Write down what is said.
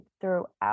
throughout